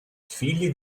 figli